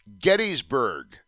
Gettysburg